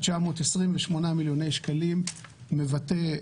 הסכום הזה מבטא